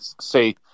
say